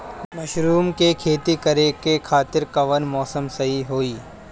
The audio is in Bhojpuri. मशरूम के खेती करेके खातिर कवन मौसम सही होई?